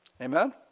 Amen